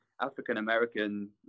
African-American